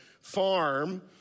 farm